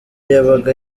yabaga